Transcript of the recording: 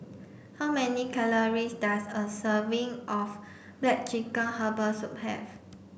how many calories does a serving of black chicken herbal soup have